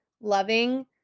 loving